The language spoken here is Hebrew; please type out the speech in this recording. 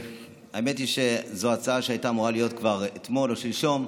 האמת היא שזו הצעה שהייתה אמורה להיות כבר אתמול או שלשום,